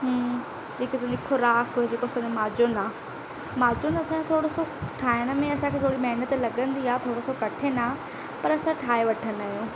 ह्म्म जेका असांजी ख़ुराक जेको असांजो माजुनु आहे माजुनु असांजो ठाहिण में असांखे थोरी सी महिनत लॻंदी आहे थोरो सो कठिन आहे पर असां ठाहे वठंदा आहियूं